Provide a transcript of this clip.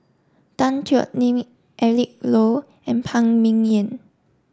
Tan Thoon Eric Low and Phan Ming Yen